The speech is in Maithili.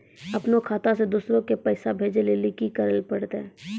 अपनो खाता से दूसरा के पैसा भेजै लेली की सब करे परतै?